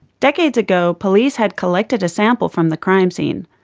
decades ago, police had collected a sample from the crime scene,